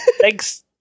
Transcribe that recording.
Thanks